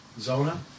Zona